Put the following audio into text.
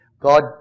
God